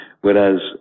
Whereas